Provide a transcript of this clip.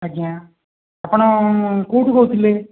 ଆଜ୍ଞା ଆପଣ କେଉଁଠୁ କହୁଥିଲେ